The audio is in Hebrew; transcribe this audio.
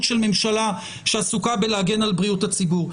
של ממשלה שעסוקה בלהגן על בריאות הציבור.